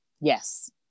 yes